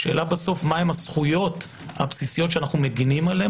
השאלה בסוף מה הזכויות הבסיסיות שאנחנו מגנים עליהן,